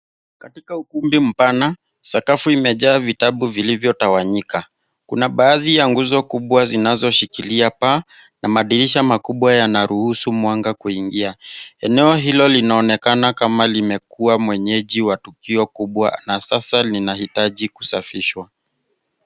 Katika ukumbi mpana sakafu imejaa vitabu vilivyo tawanyika. Kuna baadhi ya nguzo kubwa zinazo shikilia paa na madirisha kubwa yanaruhusu mwanga kuingia. Eneo hilo linaonekana kama limekuwa mwenyeji wa tukio kubwa na sasa linahitaji kusafishwa.